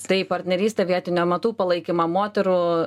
taip partnerystė vietinių amatų palaikymą moterų